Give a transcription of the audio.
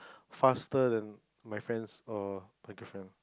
faster than my friends or my girlfriend